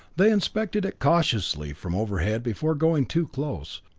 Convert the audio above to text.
they inspected it cautiously from overhead before going too close,